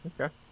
Okay